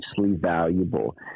valuable